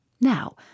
Now